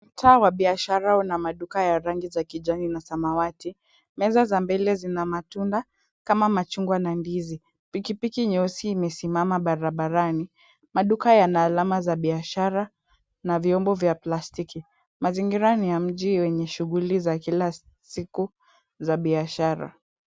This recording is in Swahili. Mtaa wa biashara una maduka ya rangi za kijani na samawati. Meza za mbele zina matunda kama machungwa na ndizi. Pikipiki nyeusi imesimama barabarani, maduka yana alama za biashara na vyombo vya plastiki. Mazingira ni ya mji wenye shughuli za kila siku za biashara.